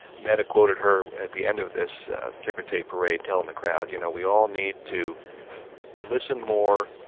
neda quoted her at the end of this ticker tape parade telling the crowd, you know, we all need to listen more,